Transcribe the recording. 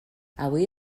avui